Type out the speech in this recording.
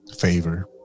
favor